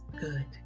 good